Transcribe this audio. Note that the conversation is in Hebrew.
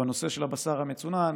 בנושא של הבשר המצונן,